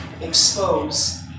expose